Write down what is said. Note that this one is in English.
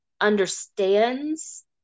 understands